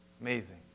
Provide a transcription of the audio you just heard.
Amazing